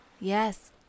Yes